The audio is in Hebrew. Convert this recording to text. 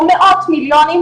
או מאות מיליונים,